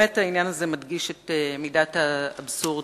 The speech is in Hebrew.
העניין הזה מדגיש את מידת האבסורד